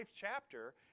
chapter